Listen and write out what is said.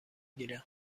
گیرم